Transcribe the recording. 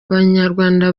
abanyarwanda